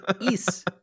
Yes